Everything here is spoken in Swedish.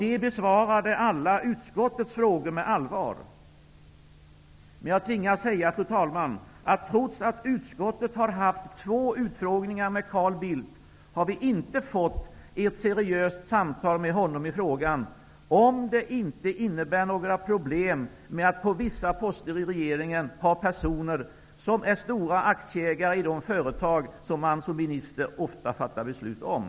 De besvarade alla utskottets frågor med allvar. Men jag tingas säga, fru talman, att vi trots att utskottet har haft två utfrågningar med Carl Bildt inte har fått ett seriöst samtal med honom i frågan om det inte innebär några problem med att på vissa poster i regeringen ha personer som är stora aktieägare i de företag som man som minister ofta fattar beslut om.